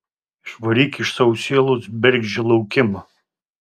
išvaryk iš savo sielos bergždžią laukimą